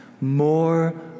more